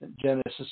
Genesis